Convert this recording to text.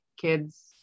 kids